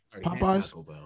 Popeyes